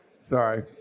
Sorry